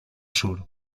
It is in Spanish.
sur